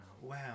wow